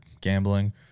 gambling